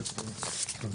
בסדר.